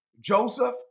Joseph